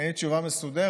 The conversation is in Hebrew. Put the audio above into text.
אין לי תשובה מסודרת,